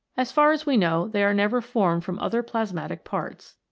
as far as we know, they are never formed from other plasmatic parts.